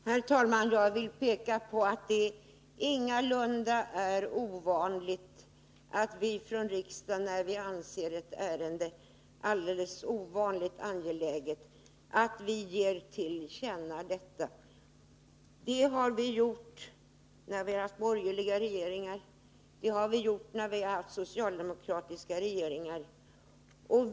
Herr talman! Jag vill peka på att det ingalunda är ovanligt att riksdagen, när riksdagen anser ett ärende vara alldeles ovanligt angeläget, ger regeringen detta till känna. Det har vi gjort när vi har haft borgerliga regeringar. Det har vi gjort när vi har haft socialdemokratiska regeringar.